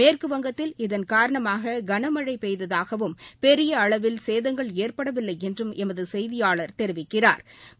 மேற்குவங்கத்தில் இதன் காரணமாக கனமழை பெய்ததாகவும் பெரிய அளவில் சேதங்கள் ஏற்படவில்லை என்றும் எமது செய்தியாளா் தெரிவிக்கிறாா்